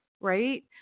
right